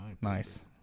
Nice